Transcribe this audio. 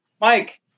Mike